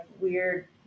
weird